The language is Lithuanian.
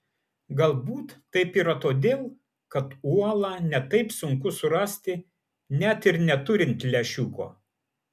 galbūt taip yra todėl kad uolą ne taip sunku surasti net ir neturint lęšiuko